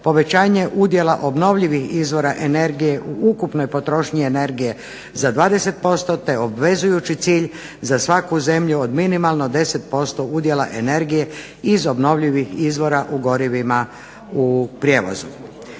povećanje udjela obnovljivih izvora energije u ukupnoj potrošnji energije za 20% te obvezujući cilj za svaku zemlju od minimalno 10% udjela energije iz obnovljivih izvora u gorivima u prijevozu.